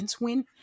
win